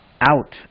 out